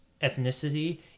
ethnicity